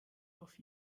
auf